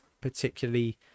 particularly